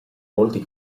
molti